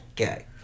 Okay